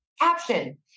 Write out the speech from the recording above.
caption